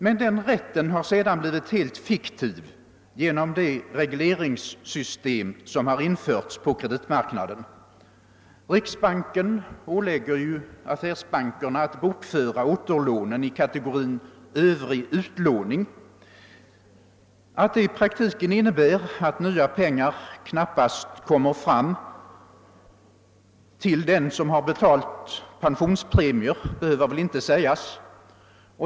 Men den rätten har sedan blivit helt fiktiv genom det regleringssystem som införts på kreditmarknaden. Riksbanken ålägger ju affärsbankerna att bokföra återlånen under rubriken »övrig utlåning» och sätter tak över denna. Att det i praktiken innebär att några nya pengar knappast kommer fram för den som har betalt pensionspremier behöver väl inte sägas.